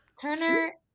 Turner